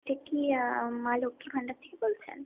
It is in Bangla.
এটা কি মা লক্ষ্মী ভান্ডার থেকে বলছেন